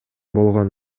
болгон